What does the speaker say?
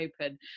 open